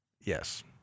Yes